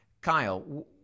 Kyle